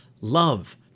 love